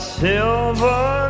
silver